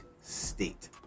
state